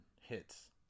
hits